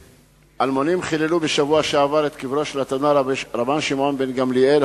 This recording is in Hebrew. אלמונים חיללו בשבוע שעבר את קברו של התנא רבן שמעון בן גמליאל,